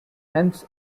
hence